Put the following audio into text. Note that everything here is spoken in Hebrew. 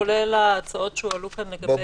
כולל ההצעות שהועלו כאן לגבי כן אסמכתה,